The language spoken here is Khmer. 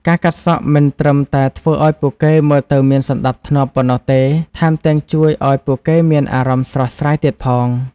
ការកាត់សក់មិនត្រឹមតែធ្វើឱ្យពួកគេមើលទៅមានសណ្ដាប់ធ្នាប់ប៉ុណ្ណោះទេ ថែមទាំងជួយឱ្យពួកគេមានអារម្មណ៍ស្រស់ស្រាយទៀតផង។